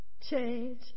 Change